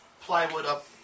plywood-up